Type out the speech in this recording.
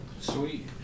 Sweet